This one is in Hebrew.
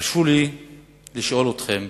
הרשו לי לשאול אתכם,